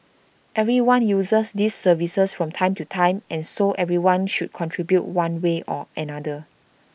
everyone uses these services from time to time and so everyone should contribute one way or another